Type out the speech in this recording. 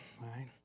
right